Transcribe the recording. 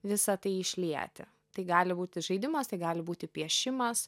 visa tai išlieti tai gali būti žaidimas gali būti piešimas